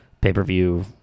pay-per-view